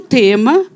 tema